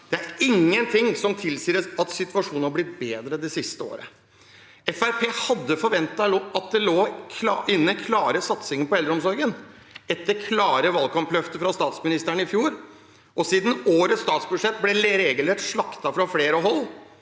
Det er ingen ting som tilsier at situasjonen har blitt bedre det siste året. Fremskrittspartiet hadde forventet at det lå inne klare satsinger på eldreomsorgen etter klare valgkampløfter fra statsministeren i fjor, og siden årets statsbudsjett ble regelrett slaktet fra flere hold.